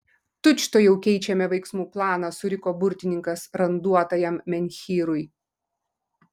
tučtuojau keičiame veiksmų planą suriko burtininkas randuotajam menhyrui